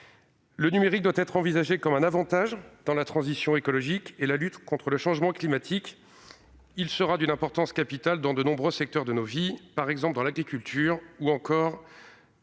Le numérique doit être envisagé comme un avantage dans la transition écologique et la lutte contre le changement climatique. Il sera d'une importance capitale dans de nombreux secteurs de nos vies, par exemple dans l'agriculture ou encore